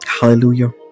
Hallelujah